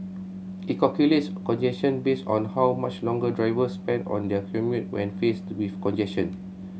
it calculates congestion based on how much longer drivers spend on their commute when faced with congestion